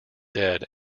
dead